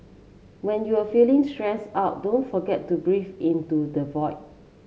when you are feeling stressed out don't forget to breathe into the void